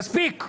מספיק.